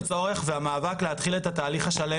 לצורך המאבק להתחיל את התהליך השלם